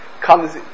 comes